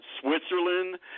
Switzerland